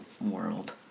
world